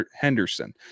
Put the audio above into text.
Henderson